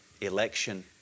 Election